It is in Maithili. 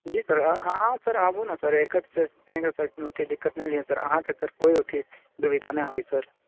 जी सर अहाँ सर आबू ने सर एकर कोनो अथि दिक्कत नहि लिऔ सर अहाँकेँ सर कोइ अथि दुविधा नहि होइ सर